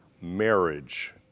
marriage